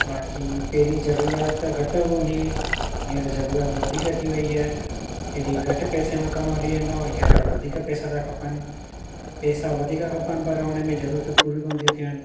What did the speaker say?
बाक़ी पहिरीं जरूरात घटि हूंदी हुई हीअंर जरूरात वधीक थी वई आहे पहिरीं घटि पैसे में कम हली वेंदो हीअंर वधीक पैसा था खपनि पैसा वधीक खपनि पर हुनमे ज़रूरत पूरी कोन थी थियनि